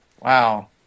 Wow